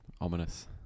Ominous